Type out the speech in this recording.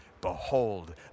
Behold